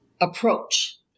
approach